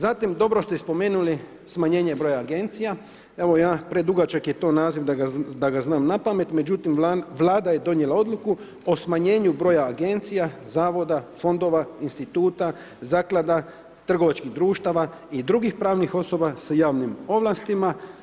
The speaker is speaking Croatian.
Zatim, dobro ste i spomenuli smanjenje broja agencija, evo predugačak je to naziv da ga znam napamet, međutim vlada je donijela odluku o smanjenju broja agencija, zavoda, fondova, instituta, zaklada, trgovačkih društava i drugih pravnih osoba sa javnim ovlastima.